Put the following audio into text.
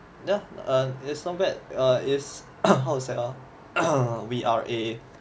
yeh um it's not bad err it's how to say ah we are a